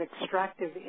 extractive